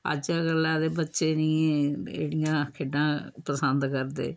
अज्जा कल्लै दे बच्चे नी एड़ियां खेढां पसंद करदे